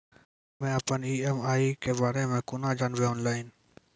हम्मे अपन ई.एम.आई के बारे मे कूना जानबै, ऑनलाइन?